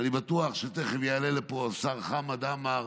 ואני בטוח שתכף יעלה לפה השר חמד עמאר